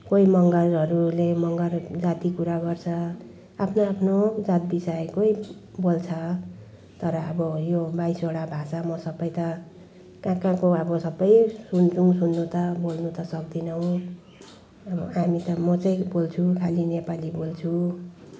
कोही मगरहरूले मगर जाति कुरा गर्छ आफ्नो आफ्नो जात विषयकै बोल्छ तर अब यो बाइसवटा भाषा म सबै त कहाँ कहाँको अब सबै सुन्छौँ सुन्नु त बोल्नु त सक्दैनौँ अब हामी त म चाहिँ बोल्छु खालि नेपाली बोल्छु